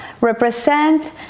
represent